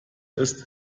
ist